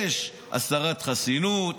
יש הסרת חסינות,